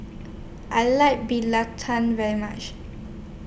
I like Belacan very much